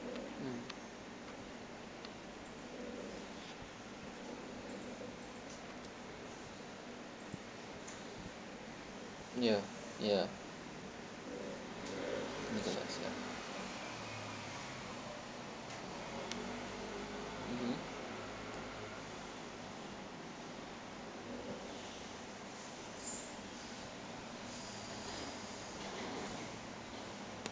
mm ya ya sia mmhmm